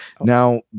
Now